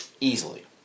Easily